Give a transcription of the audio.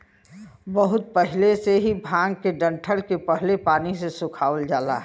बहुत पहिले से ही भांग के डंठल के पहले पानी से सुखवावल जाला